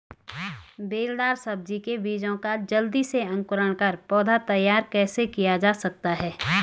बेलदार सब्जी के बीजों का जल्दी से अंकुरण कर पौधा तैयार कैसे किया जा सकता है?